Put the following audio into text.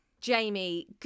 Jamie